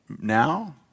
now